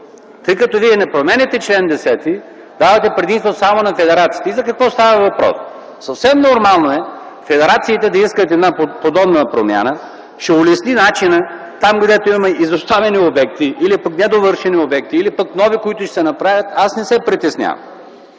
Тъй като вие не променяте чл. 10, давате предимство само на федерациите. За какво става въпрос? Съвсем нормално е федерациите да искат една подобна промяна, която ще улесни начина. Там, където имаме изоставени или недовършени обекти, или нови, които ще се направят, аз не се притеснявам,